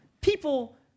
people